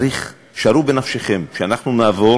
שערו בנפשכם שאנחנו נעבור